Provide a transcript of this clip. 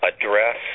address